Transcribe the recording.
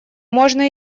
можно